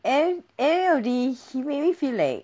and end of the day he made me feel like